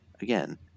again